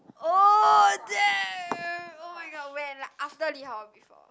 oh damn oh-my-god when after li-hao or before